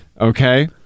okay